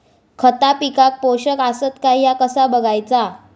खता पिकाक पोषक आसत काय ह्या कसा बगायचा?